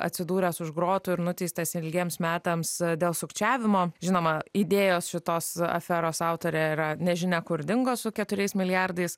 atsidūręs už grotų ir nuteistas ilgiems metams dėl sukčiavimo žinoma idėjos šitos aferos autorė yra nežinia kur dingo su keturiais milijardais